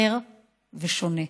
אחר ושונה.